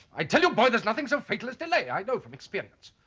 i tell you boy there's nothing so fatal as delay! i know from experience.